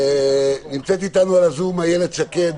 נמצאת אתנו בזום איילת שקד,